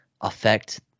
affect